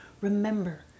remember